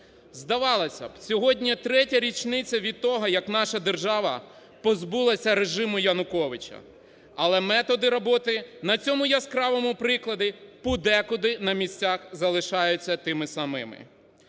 Здавалося б, сьогодні третя річниця від того як наша держава позбулася режиму Януковича, але методи роботи на цьому яскравому прикладі подекуди на місцях залишаються тими самими.